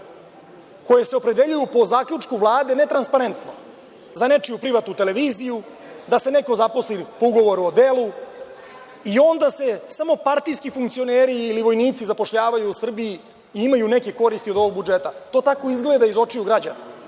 koje se opredeljuju po zaključku Vlade netransparentno za nečiju privatnu televiziju, da se neko zaposli po ugovoru o delu i onda se samo partijski funkcioneri ili vojnici zapošljavaju u Srbiji i imaju neke koristi od ovog budžeta. To tako izgleda iz očiju građana